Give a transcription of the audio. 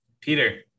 Peter